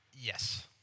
Yes